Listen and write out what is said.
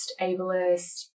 ableist